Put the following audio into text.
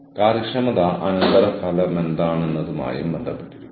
ആരാണ് എത്ര പരീക്ഷണം സ്വീകാര്യമാണ് എന്നത് തീരുമാനിക്കുന്നത്